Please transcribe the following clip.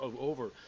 over